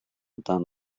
dan